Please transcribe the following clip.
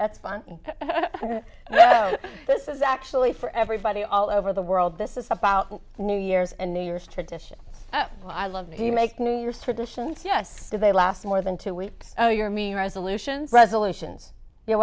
that's fun that this is actually for everybody all over the world this is about new year's and new year's tradition i love to make new year's traditions yes they last more than two weeks oh you're mean resolutions resolutions you know